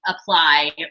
apply